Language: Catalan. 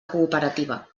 cooperativa